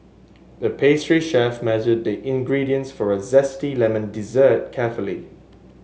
the pastry chef measured the ingredients for a zesty lemon dessert carefully